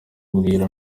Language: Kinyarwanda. bwira